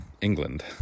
England